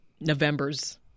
November's